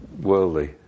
worldly